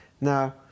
Now